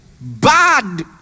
bad